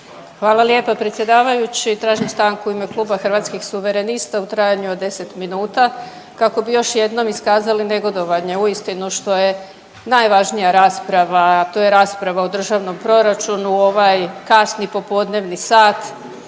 Hvala lijepa predsjedavajući. Tražim stanku u ime Kluba Hrvatskih suverenista u trajanju od 10 minuta kako bi još jednom iskazali negodovanje uistinu što je najvažnija rasprava, a to je rasprava o Državnom proračunu u ovaj kasni popodnevni sat